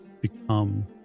become